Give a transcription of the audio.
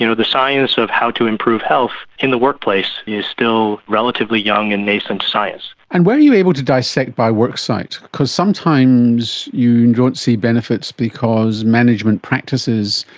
you know the science of help to improve health in the workplace is still relatively young and nascent science. and were you able to dissect by worksite? because sometimes you don't see benefits because management practices,